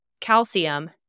calcium